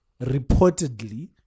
reportedly